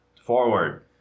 Forward